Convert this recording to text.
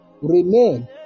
Remain